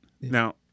now